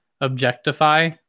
objectify